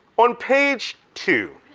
on page two.